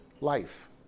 life